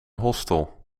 hostel